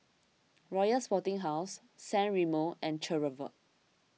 Royal Sporting House San Remo and Chevrolet